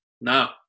now